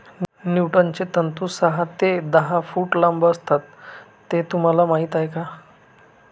ज्यूटचे तंतू सहा ते दहा फूट लांब असतात हे तुम्हाला माहीत आहे का